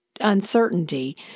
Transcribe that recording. uncertainty